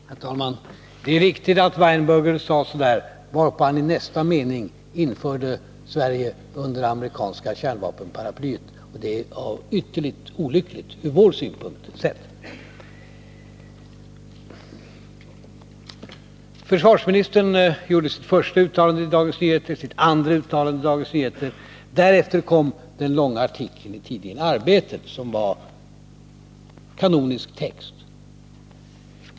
Herr talman! Det är riktigt att Weinberger sade så, varpå han i nästa mening förde in Sverige under det amerikanska kärnvapenparaplyet — och det var ytterligt olyckligt ur vår synpunkt. Försvarsministern gjorde ett första uttalande i Dagens Nyheter, ett andra uttalande i Dagens Nyheter, och därefter kom den långa artikeln i tidningen Arbetet, som var kanonisk text.